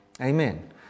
Amen